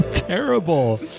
Terrible